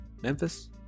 Memphis